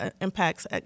impacts